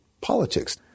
politics